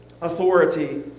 authority